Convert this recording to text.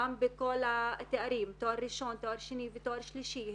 גם בכל התארים, תואר ראשון, תואר שני ותואר שלישי.